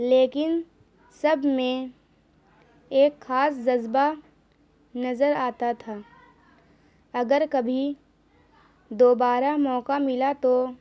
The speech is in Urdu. لیکن سب میں ایک خاص جذبہ نظر آتا تھا اگر کبھی دوبارہ موقع ملا تو